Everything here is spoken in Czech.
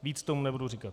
Víc k tomu nebudu říkat.